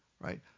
Right